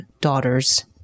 daughter's